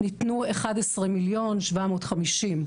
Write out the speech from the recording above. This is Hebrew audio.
ניתנו 11.750 מיליון,